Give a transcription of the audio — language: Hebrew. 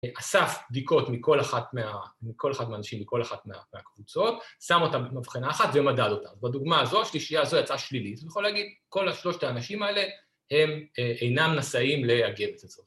‫אסף בדיקות מכל אחת... מכל אחד מהאנשים, ‫מכל אחת מהקבוצות, ‫שם אותם במבחנה אחת ומדד אותם. ‫בדוגמה הזו, השלישייה הזו יצאה שלילית. ‫אז אני יכול להגיד, כל השלושת האנשים האלה ‫הם אינם נשאים לעגבת.